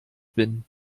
bin